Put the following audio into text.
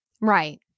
Right